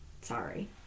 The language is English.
sorry